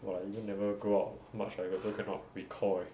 !wah! we also never go out much but we also cannot recall eh